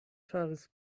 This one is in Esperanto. faris